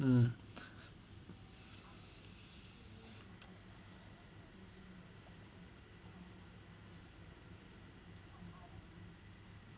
mm